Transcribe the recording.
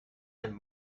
and